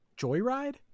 Joyride